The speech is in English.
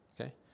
okay